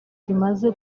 zimaze